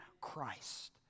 Christ